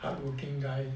hardworking guy